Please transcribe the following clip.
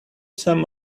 some